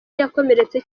yakomeretse